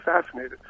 assassinated